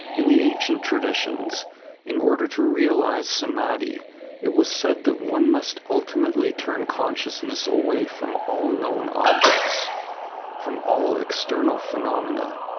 in the ancient traditions in order to realize samadhi it was said that one must ultimately turn consciousness away from all known objects from all external phenomena,